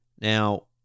Now